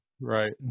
right